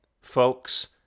Folks